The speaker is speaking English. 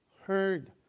heard